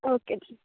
okay ਜੀ